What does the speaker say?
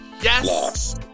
Yes